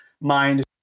mind